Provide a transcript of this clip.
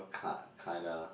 kind kinda